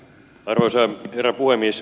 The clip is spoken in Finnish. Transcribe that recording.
arvoisa herra puhemies